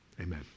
Amen